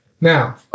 Now